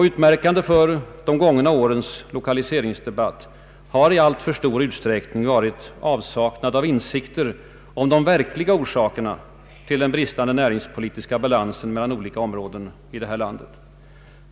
Utmärkande för de gångna årens lokaliseringsdebatter har i alltför stor utsträckning varit avsaknaden av insikter om de verkliga orsakerna till den bristande näringspolitiska balansen mellan olika områden i vårt land.